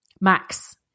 Max